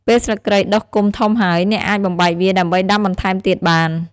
ពេលស្លឹកគ្រៃដុះគុម្ពធំហើយ អ្នកអាចបំបែកវាដើម្បីដាំបន្ថែមទៀតបាន។